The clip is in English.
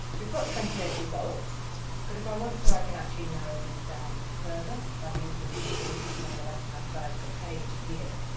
we've got twenty eight results but if i want to i can actually narrow these down further by using the limiters on the left hand sides of the page here.